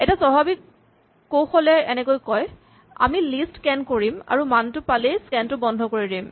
এটা স্বাভাৱিক কৌশলে এনেকৈ কয় আমি লিষ্ট স্কেন কৰিম আৰু মানটো পালেই স্কেন টো বন্ধ কৰি দিম